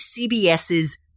CBS's